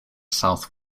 south